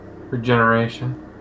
regeneration